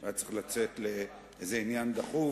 הוא היה צריך לצאת לעניין דחוף,